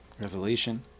revelation